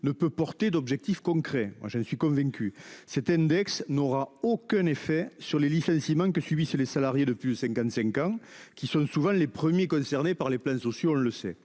ne peut porter d'objectifs concrets. Moi, je en suis convaincu. Cet index n'aura aucun effet sur les licenciements que subissent les salariés de plus de 55 ans qui sont souvent les premiers concernés par les plans sociaux le sait